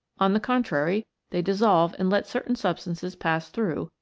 on the contrary they dissolve and let certain substances pass through,